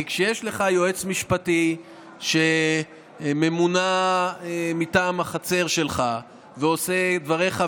כי כשיש לך יועץ משפטי שממונה מטעם החצר שלך ועושה את דברך,